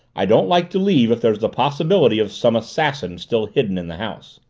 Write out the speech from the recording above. i don't like to leave if there is the possibility of some assassin still hidden in the house.